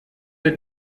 der